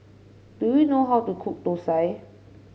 do you know how to cook thosai